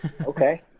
Okay